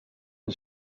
and